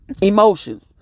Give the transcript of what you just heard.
emotions